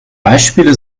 beispiele